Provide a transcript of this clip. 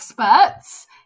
experts